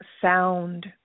sound